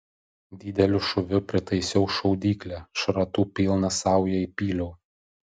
dideliu šūviu pritaisiau šaudyklę šratų pilną saują įpyliau